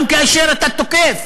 גם כאשר אתה תוקף,